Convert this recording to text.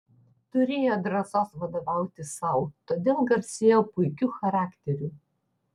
turėjo drąsos vadovauti sau todėl garsėjo puikiu charakteriu